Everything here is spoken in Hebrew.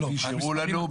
כפי שהראו לנו,